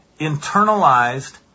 internalized